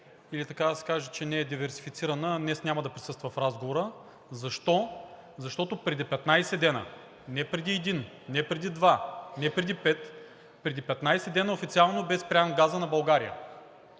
или, така да се каже, че не е диверсифицирана, днес няма да присъства в разговора. Защо? Защото преди 15 дена – не преди един, не преди два, не преди пет, преди 15 дена официално бе спрян газът на България!